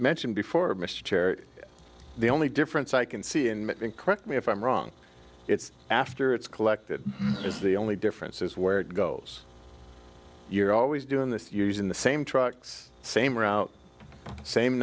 mentioned before mr chair the only difference i can see and correct me if i'm wrong it's after it's collected is the only difference is where it goes you're always doing this using the same trucks same route same